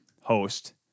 host